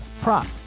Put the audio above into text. prop